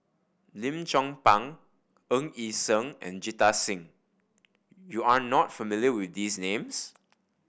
Lim Chong Pang Ng Yi Sheng and Jita Singh you are not familiar with these names